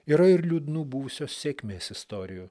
yra ir liūdnų buvusios sėkmės istorijų